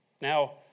Now